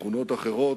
תכונות אחרות,